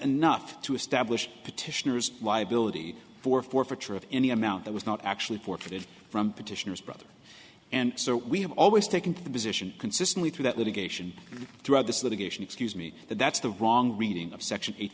enough to establish petitioners liability for forfeiture of any amount that was not actually ported from petitioners brother and so we have always taken the position consistently through that litigation throughout this litigation excuse me that that's the wrong reading of section eight